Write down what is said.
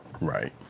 Right